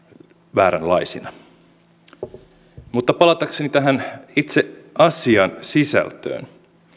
vääränlaisina mutta palatakseni tähän itse asiasisältöön